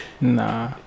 Nah